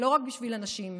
לא רק בשביל הנשים,